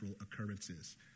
occurrences